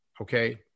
Okay